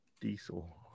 diesel